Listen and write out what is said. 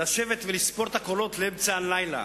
לשבת ולספור את הקולות באמצע הלילה,